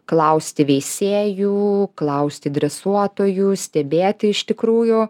klausti veisėjų klausti dresuotojų stebėti iš tikrųjų